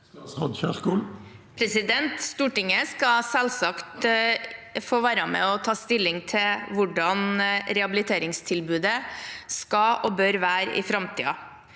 Stortinget skal selvsagt få være med og ta stilling til hvordan rehabiliteringstilbudet skal og bør være i framtiden.